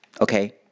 Okay